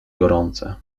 gorące